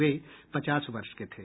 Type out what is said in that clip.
वे पचास वर्ष के थे